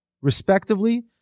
respectively